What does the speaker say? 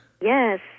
Yes